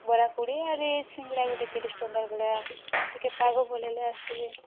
ବରା କୋଡ଼ିଏ ଆହୁରି ସିଙ୍ଗଡ଼ା ଗୋଟେ ତିରିଶ ଟଙ୍କା ଭଳିଆ ଟିକିଏ ପାଗ ଭଲ ହେଲେ ଆସିବି